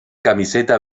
camiseta